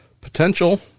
potential